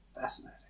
Fascinating